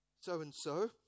so-and-so